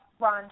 Ron